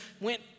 went